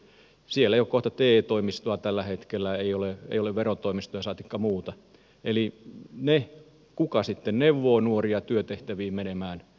siellä ei ole kohta te toimistoa tällä hetkellä ei ole verotoimistoa saatikka muuta eli niitä mitkä sitten neuvovat nuoria työtehtäviin menemään